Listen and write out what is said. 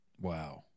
Wow